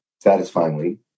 satisfyingly